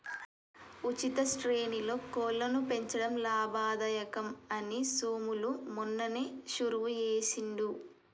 ఉచిత శ్రేణిలో కోళ్లను పెంచడం లాభదాయకం అని సోములు మొన్ననే షురువు చేసిండు